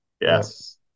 Yes